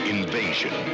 Invasion